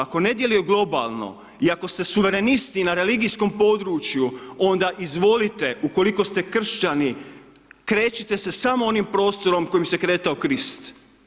Ako ne djeluje globalno i ako se suvremenisti na religijskom području, onda izvolite, ukoliko ste kršćani, krečite se samo onim prostorom kojim se je kretao Krist.